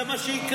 זה מה שיקרה.